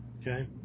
okay